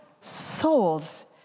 souls